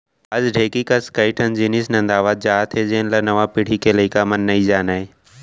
आज ढेंकी कस कई ठन जिनिस नंदावत जात हे जेन ल नवा पीढ़ी के लइका मन नइ जानयँ